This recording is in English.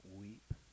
weep